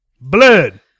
Blood